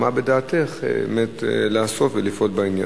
מה בדעתך לעשות ולפעול בעניין?